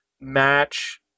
match